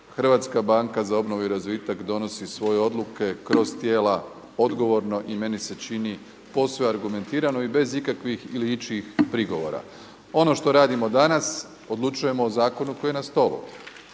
način informirano, međutim HBOR donosi svoje odluke kroz tijela odgovorno i meni se čini posve argumentirano i bez ikakvih ili ičijih prigovora. Ono što radimo danas, odlučujemo o zakonu koji je na stolu.